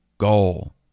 goal